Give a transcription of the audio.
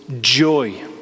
joy